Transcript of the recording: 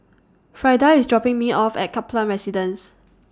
Frida IS dropping Me off At Kaplan Residence